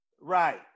Right